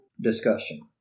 discussion